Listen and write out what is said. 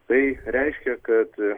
tai reiškia kad